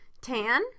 Tan